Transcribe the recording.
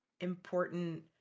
important